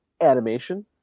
animation